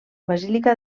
basílica